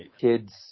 kids